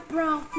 Brown